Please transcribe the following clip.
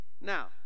Now